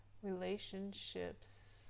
relationships